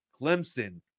Clemson